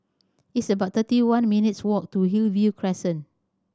it's about thirty one minutes' walk to Hillview Crescent